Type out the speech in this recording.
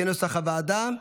כנוסח הוועדה.